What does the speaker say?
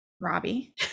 robbie